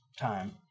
Time